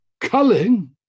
culling